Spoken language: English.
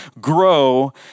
Grow